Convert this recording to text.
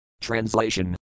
Translation